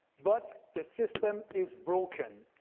but the system is broken.